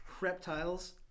Reptiles